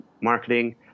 marketing